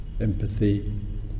empathy